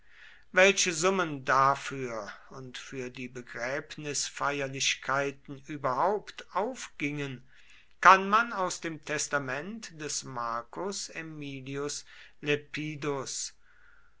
welche summen dafür und für die begräbnisfeierlichkeiten überhaupt aufgingen kann man aus dem testament des marcus